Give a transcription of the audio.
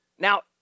Now